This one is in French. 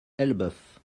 elbeuf